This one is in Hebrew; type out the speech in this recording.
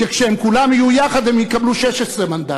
שכשהם יהיו כולם יחד הם יקבלו 16 מנדטים,